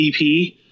EP